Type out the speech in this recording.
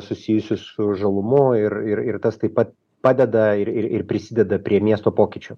susijusius su žalumu ir ir ir tas taip pat padeda ir ir ir prisideda prie miesto pokyčių